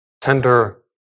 tender